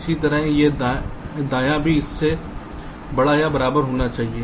इसी तरह ये दाया भी इससे बड़ा या बराबर होना चाहिए